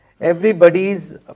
Everybody's